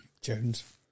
Jones